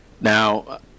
Now